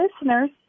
listeners